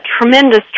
tremendous